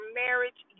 marriage